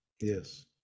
Yes